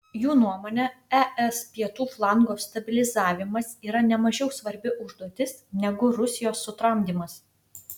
jų nuomone es pietų flango stabilizavimas yra nemažiau svarbi užduotis negu rusijos sutramdymas